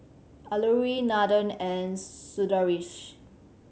Alluri Nathan and Sundaresh